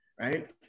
right